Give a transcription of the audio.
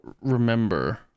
remember